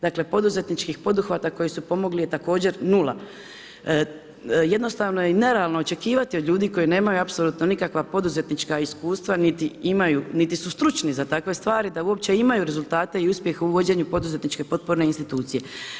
Dakle, poduzetnički poduhvata koji su pomogli je također 0. Jednostavno je nerealno očekivati od ljudi koji nemaju apsolutno nikakava poduzetnička iskustva niti su stručni za takve stvari da uopće imaju rezultate i uspjeh u vođenju poduzetničke potporne institucije.